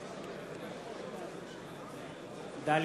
מיכאל